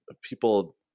people